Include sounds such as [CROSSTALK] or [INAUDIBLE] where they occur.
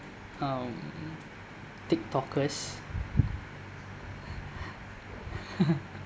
um tik tokers [LAUGHS]